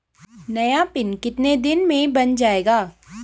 नया पिन कितने दिन में बन जायेगा?